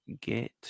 get